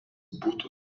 būtų